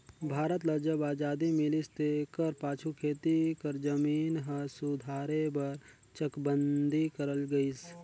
भारत ल जब अजादी मिलिस तेकर पाछू खेती कर जमीन ल सुधारे बर चकबंदी करल गइस